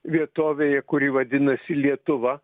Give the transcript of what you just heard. vietovėj kuri vadinasi lietuva